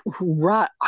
right